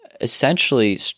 essentially